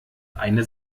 eine